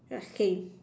ya same